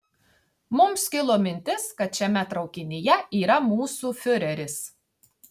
mums kilo mintis kad šiame traukinyje yra mūsų fiureris